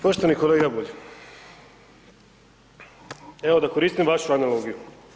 Poštovani kolega Bulj, evo da koristim vašu analogiju.